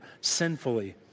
sinfully